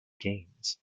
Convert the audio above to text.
games